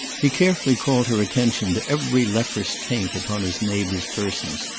he carefully called her attention to every leprous taint upon his neighbours' persons,